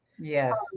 Yes